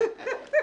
תשומת לב,